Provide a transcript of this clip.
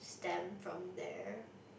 stem from there